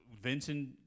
Vincent